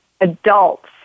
adults